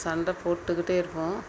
சண்டை போட்டுக்கிட்டே இருப்போம்